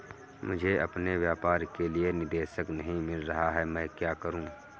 मुझे अपने व्यापार के लिए निदेशक नहीं मिल रहा है मैं क्या करूं?